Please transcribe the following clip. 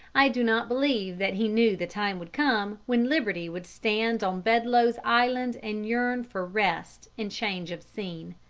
i do not believe that he knew the time would come when liberty would stand on bedloe's island and yearn for rest and change of scene.